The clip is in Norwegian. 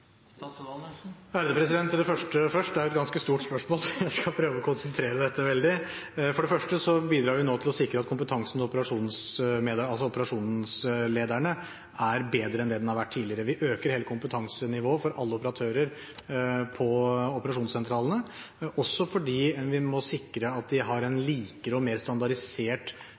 Til det første: Det er et ganske stort spørsmål. Jeg skal prøve å konsentrere dette veldig. For det første bidrar vi nå til å sikre at kompetansen hos operasjonslederne er bedre enn det den har vært tidligere. Vi øker hele kompetansenivået for alle operatører på operasjonssentralene, også fordi vi må sikre at de har en likere og mer standardisert